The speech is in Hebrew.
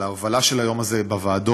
על ההובלה של היום הזה בוועדות,